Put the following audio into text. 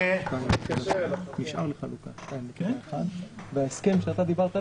שיענה לשאלה שלכם, ואני אתחבר אליו